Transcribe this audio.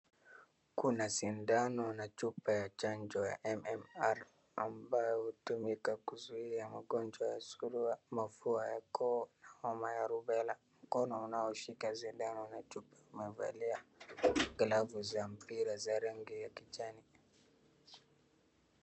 Kuna sindano na chupa chanjo ya MMR ambayo hutumika kuzuia magonjwa ya surua, mafua ya koo, homa ya ruvela, mkono unaoshika sindano na chupa umevalia glavu za mpira za rangi ya kijani .